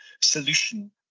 solution